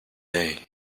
day